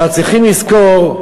אנחנו צריכים לזכור,